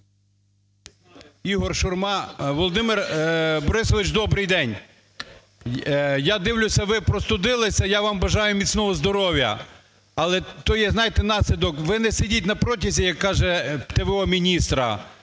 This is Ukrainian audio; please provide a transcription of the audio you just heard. Ігор Шурма. Володимир Борисович, добрий день! Я дивлюся ви простудилися, я вам бажаю міцного здоров'я, але то є, знаєте, наслідок: ви не сидіть на протязі, як каже т.в.о.міністра,